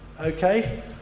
Okay